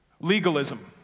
Legalism